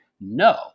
no